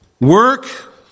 Work